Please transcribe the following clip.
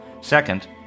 Second